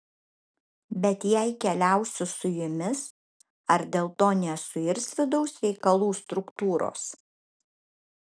bet jei keliausiu su jumis ar dėl to nesuirs vidaus reikalų struktūros